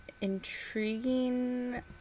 intriguing